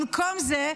במקום זה,